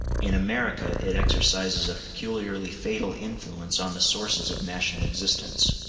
in america it exercises a peculiarly fatal influence on the sources of national existence.